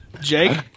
Jake